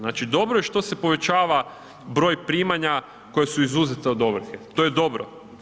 Znači dobro je što se povećava broj primanja koja su izuzeta od ovrhe, to je dobro.